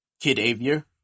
KidAvier